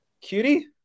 Cutie